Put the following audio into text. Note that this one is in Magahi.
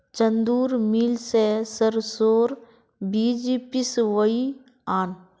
चंदूर मिल स सरसोर बीज पिसवइ आन